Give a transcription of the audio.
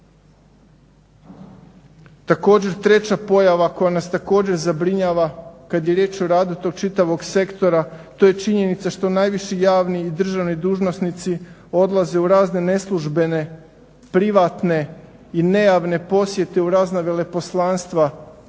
Također treća pojava koja nas također zabrinjava kad je riječ o radu tog čitavog sektora to je činjenica što najviši javni i državni dužnosnici odlaze u razne neslužbene privatne i nejavne posjete u razna veleposlanstva